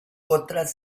otras